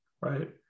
right